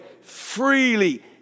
freely